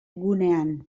gunean